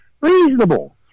reasonable